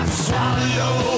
swallow